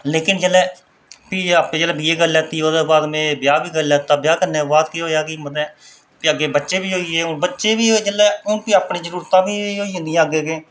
लेकिन जेल्लै भी बीए करी लैती ओह्दे बाद में ब्याह् बी करी लैता ब्याह् करने दे बाद केह् होआ भी अग्गें बच्चे बी होई गे हून बच्चे बी होए जेल्लै भी अपनी जरुरतां बी होई जंदियां अग्गें अग्गें